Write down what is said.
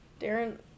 Darren